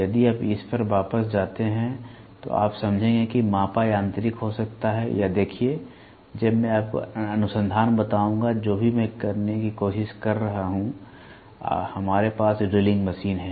यदि आप इस पर वापस जाते हैं तो आप समझेंगे कि मापा यांत्रिक हो सकता है या देखिए अब मैं आपको अनुसंधान बताऊंगा जो मैं भी करने की कोशिश कर रहा हूं हमारे पास ड्रिलिंग मशीन है